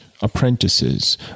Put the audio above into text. apprentices